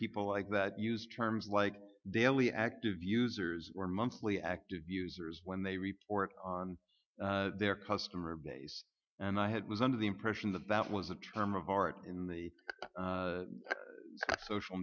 people like that use terms like daily active users or monthly active users when they report on their customer base and i had was under the impression that that was a term of art in the social